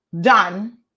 done